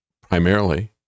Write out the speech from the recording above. primarily